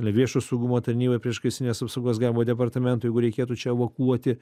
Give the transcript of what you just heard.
viešojo saugumo tarnyboj priešgaisrinės apsaugos gavo departamento jeigu reikėtų čia evakuoti